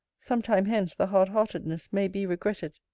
some time hence the hard-heartedness may be regretted.